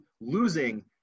losing